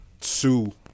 Sue